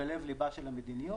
עדיף שנשלוט בזה.